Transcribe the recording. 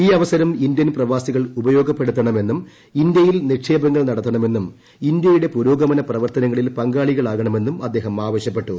ഈ അവസരം ഇന്ത്യൻ പ്രവാസികൾ ഉപയോഗപ്പെടുത്തണമെന്നും ഇന്ത്യയിൽ നിക്ഷേപങ്ങൾ നടത്തണമെന്നും ഇന്ത്യയുടെ പുരോഗമന പ്രവർത്തനങ്ങളിൽ പങ്കാളികളാകണമെന്നും അദ്ദേഹം ആവശ്യപ്പെട്ടു